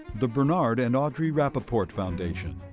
the bernard and audre rapoport foundation.